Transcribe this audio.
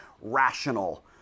rational